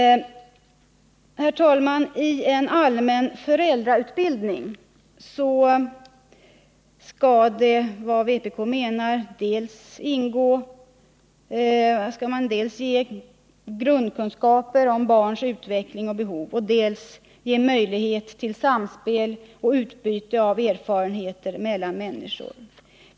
I en allmän föräldrautbildning skall enligt vpk:s mening ingå dels att ge grundkunskaper om barns utveckling och behov, dels ge möjlighet till ett samspel och utbyte av erfarenheter mellan människor.